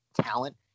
talent